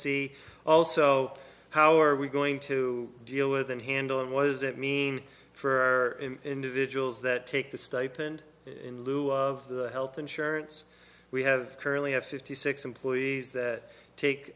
see also how are we going to deal with and handle it was it mean for individuals that take the stipend in lieu of health insurance we have currently have fifty six employees that take